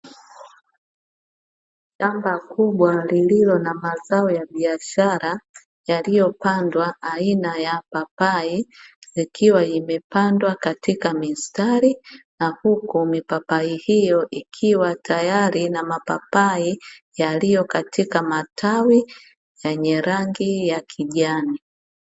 Shamba kubwa lililo na mazao ya biashara, yaliyopandwa aina ya papai, likiwa limepandwa katika mistari, na huku mipapai hiyo ikiwa tayari na mapapai yaliyo katika matawi, yenye rangi ya kijani.